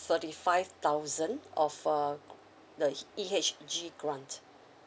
thirty five thousand of uh the E_H_G grant